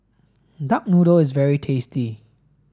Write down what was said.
duck noodle is very tasty